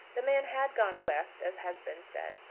the man had gone west, as had been said,